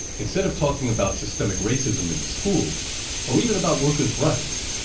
instead of talking about systemic racism in the schools or even about workers' rights,